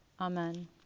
Amen